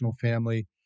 family